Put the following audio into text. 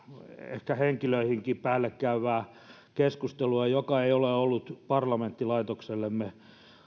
ehkä henkilöihinkin käyvää keskustelua joka ei ole ollut parlamenttilaitoksellemme